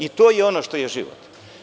I to je ono što je život.